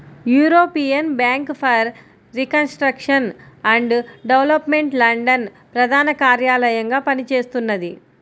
European bank for reconstruction and development London ప్రధాన కార్యాలయంగా పనిచేస్తున్నది